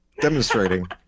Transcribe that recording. demonstrating